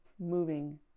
moving